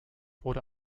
wurde